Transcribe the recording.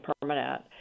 permanent